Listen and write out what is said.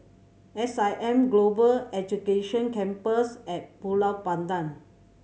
S I M Global Education Campus At Ulu Pandan